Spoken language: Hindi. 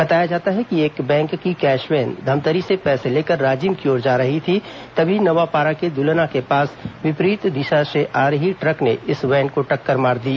बताया जाता है कि एक बैंक की कैश वैन धमतरी से पैसे लेकर राजिम की ओर जा रही थी तभी नवापारा के द्लना के पास विपरीत दिशा से आ रही ट्रक ने इस वैन को टक्कर मार दी